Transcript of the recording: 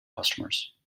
customers